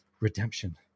redemption